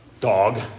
dog